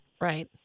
Right